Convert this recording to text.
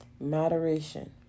moderation